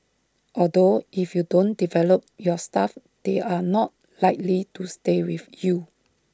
although if you don't develop your staff they are not likely to stay with you